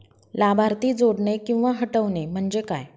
लाभार्थी जोडणे किंवा हटवणे, म्हणजे काय?